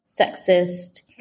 sexist